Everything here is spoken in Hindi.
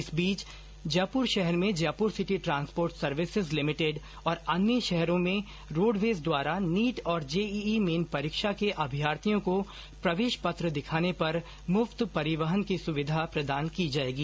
इस बीच जयपुर शहर में Jaipur city transport services limited और अन्य शहरों में रोडवेज द्वारा नीट और जेईई मेन परीक्षा के अभ्यर्थियों को प्रवेश पत्र दिखाने पर मुफ्त परिवहन की सुविधा प्रदान की जाएगी